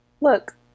Look